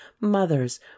mothers